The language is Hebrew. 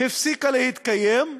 הפסיקה להתקיים,